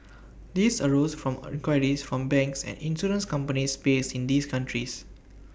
these arose from inquiries from banks and insurance companies based in these countries